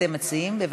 אתם מציעים להמשך דיון?